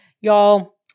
y'all